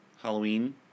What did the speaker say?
Halloween